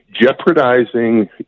jeopardizing